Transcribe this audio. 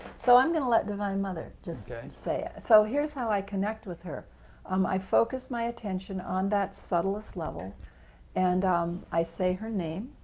so i'm going to let divine mother just say it. so here is how i connect with her um i focus my attention on that subtlest level and um i say her name,